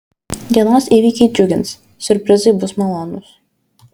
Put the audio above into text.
dienos įvykiai džiugins siurprizai bus malonūs